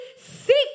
seek